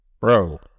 Bro